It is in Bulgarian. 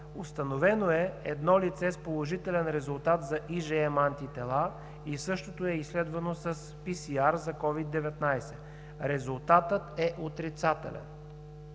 Установено е едно лице с положителен резултат за IgM антитела и същото е изследвано с PCR за СOVID-19. Резултатът е отрицателен.